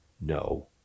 no